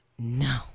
no